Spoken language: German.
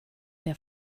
der